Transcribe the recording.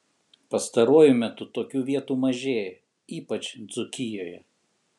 pastaruoju metu tokių vietų mažėja ypač dzūkijoje